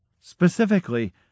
Specifically